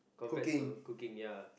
cooking